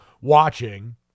watching